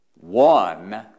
one